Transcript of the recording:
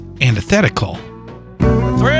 antithetical